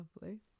Lovely